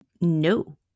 No